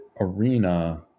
Arena